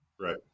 Right